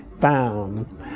found